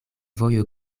vojo